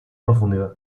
profundidad